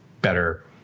better